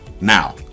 now